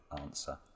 answer